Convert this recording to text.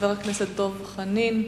חבר הכנסת דב חנין.